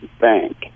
bank